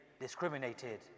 discriminated